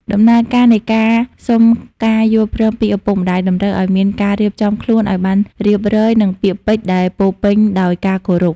ដំណើរការនៃការសុំការយល់ព្រមពីឪពុកម្ដាយ តម្រូវឱ្យមានការរៀបចំខ្លួនឱ្យបានរៀបរយ និងពាក្យពេចន៍ដែលពោរពេញដោយការគោរព។